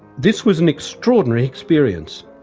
this was an extraordinary experience,